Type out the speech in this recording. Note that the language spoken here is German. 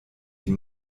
die